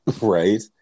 Right